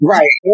Right